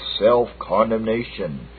self-condemnation